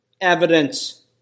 evidence